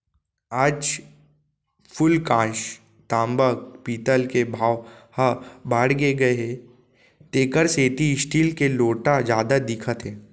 आज फूलकांस, तांबा, पीतल के भाव ह बाड़गे गए हे तेकर सेती स्टील के लोटा जादा दिखत हे